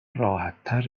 راحتتر